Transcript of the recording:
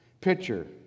picture